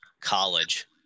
college